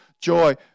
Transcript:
joy